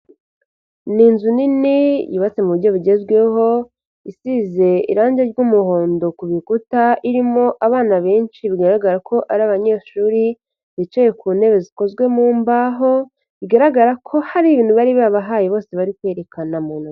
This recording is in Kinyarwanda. Ni inzu nini yubatse mu buryo bugezweho, isize irangi ry'umuhondo ku bikuta irimo abana benshi bigaragara ko ari abanyeshuri bicaye ku ntebe zikozwe mu mbaho bigaragara ko hari ibintu bari babahaye bose bari kweyerekana mu ntoki.